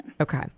Okay